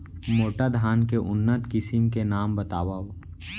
मोटा धान के उन्नत किसिम के नाम बतावव?